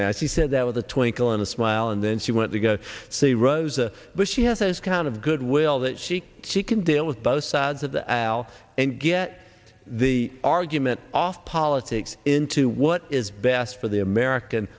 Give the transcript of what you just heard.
now she said that with a twinkle in a smile and then she went to go see rosa but she has those kind of goodwill that she she can deal with both sides of the aisle and get the argument off politics into what is best for the american